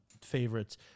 favorites